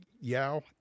Yao